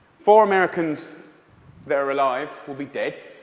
four americans that are alive will be dead